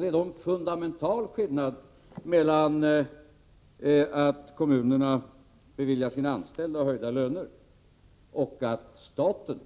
Det är då en fundamental skillnad mellan att kommunerna beviljar sina anställda höjda löner och att staten